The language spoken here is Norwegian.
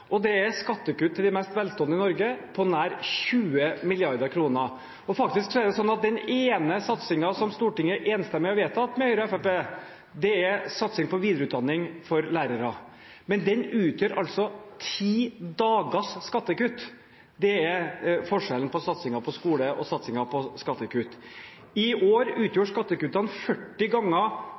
og Fremskrittspartiet råd til, og det er skattekutt til de mest velstående i Norge på nær 20 mrd. kr. Faktisk er det sånn at den ene satsingen som Stortinget enstemmig har vedtatt med Høyre og Fremskrittspartiet, er satsing på videreutdanning for lærere. Men den utgjør ti dagers skattekutt. Det er forskjellen på satsingen på skole og satsingen på skattekutt. I år utgjorde skattekuttene 40 ganger